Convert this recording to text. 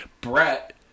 Brett